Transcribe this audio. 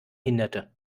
hinderte